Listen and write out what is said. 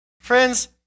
friends